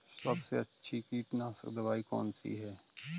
सबसे अच्छी कीटनाशक दवाई कौन सी है?